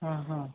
ఆహా